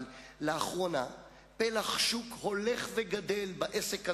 אבל לאחרונה פלח שוק הולך וגדל בעסק הזה,